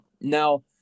Now